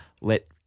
Let